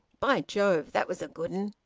by jove! that was a good un.